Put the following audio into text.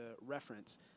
reference